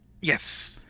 yes